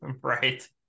right